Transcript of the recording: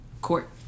Court